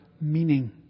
meaning